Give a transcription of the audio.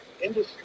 industry